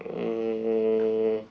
err